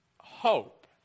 hope